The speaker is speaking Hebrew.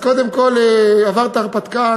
אז קודם כול עברת הרפתקה,